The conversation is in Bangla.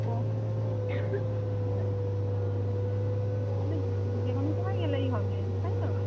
ও ও আচ্ছা তা তাহলে যে কোনো সময় গেলেই হবে তাই তো